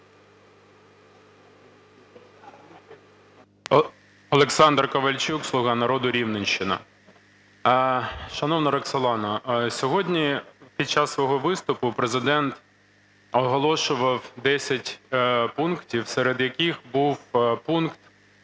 Олександр Ковальчук, "Слуга народу", Рівненщина. Шановна Роксолано, сьогодні під час свого виступу Президент оголошував 10 пунктів, серед яких був пункт,